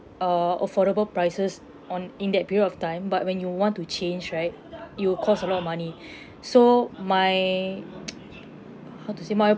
err affordable prices on in that period of time but when you want to change right it'll cost a lot of money so my how to say my